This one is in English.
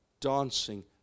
dancing